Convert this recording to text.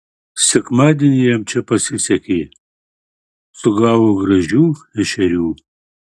sekmadienį jam čia pasisekė sugavo gražių ešerių